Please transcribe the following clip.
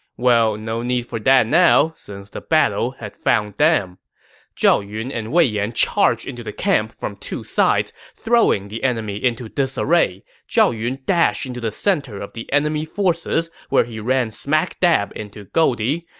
well, no need for that now, since the battle has found them zhao yun and wei yan charged into the camp from two sides, throwing the enemy into disarray. zhao yun dashed into the center of the enemy forces, where he ran smack dab into goldie.